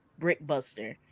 Brickbuster